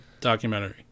documentary